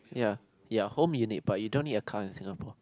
ya ya whole minutes but you don't need a car in Singapore